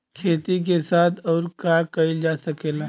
खेती के साथ अउर का कइल जा सकेला?